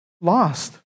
lost